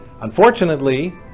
Unfortunately